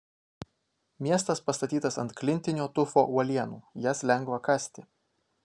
miestas pastatytas ant klintinio tufo uolienų jas lengva kasti